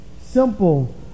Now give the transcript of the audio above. simple